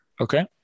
Okay